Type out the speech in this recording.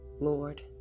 Lord